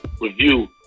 review